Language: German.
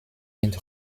mit